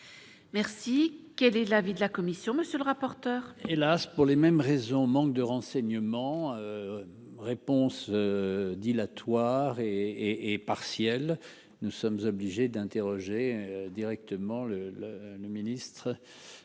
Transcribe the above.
Merci, quel est l'avis de la commission, monsieur le rapporteur. Hélas pour les mêmes raisons, manque de renseignements réponse dilatoire et et partielle, nous sommes obligés d'interroger directement le le le ministre